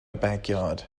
backyard